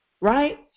right